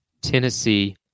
Tennessee